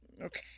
Okay